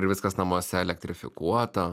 ir viskas namuose elektrifikuota